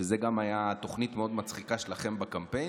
שזו גם הייתה תוכנית מאוד מצחיקה שלכם בקמפיין,